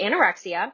anorexia